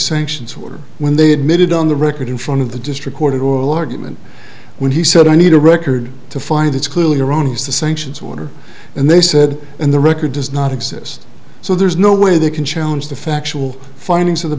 sanctions order when they admitted on the record in front of the district court of oral argument when he said i need a record to find it's clearly erroneous the sanctions order and they said and the record does not exist so there's no way they can challenge the factual findings of the